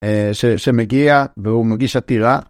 שמגיע והוא מגיש עתירה.